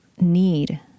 need